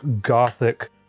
Gothic